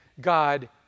God